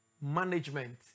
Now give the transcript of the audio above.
management